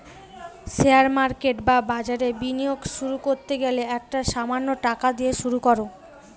share market বা বাজারে বিনিয়োগ শুরু করতে গেলে একটা সামান্য টাকা দিয়ে শুরু করো